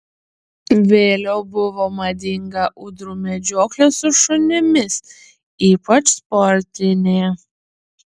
vėliau buvo madinga ūdrų medžioklė su šunimis ypač sportinė